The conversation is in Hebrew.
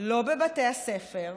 לא בבתי הספר,